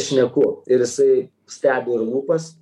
šneku ir jisai stebi lūpas